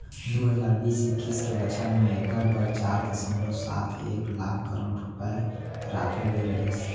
दू हजार बीस इक्कीस के बछर म एकर बर चार दसमलव सात एक लाख करोड़ रूपया राखे गे रहिस